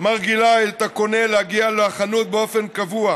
מרגילה את הקונה להגיע לחנות באופן קבוע.